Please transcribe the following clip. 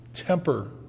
temper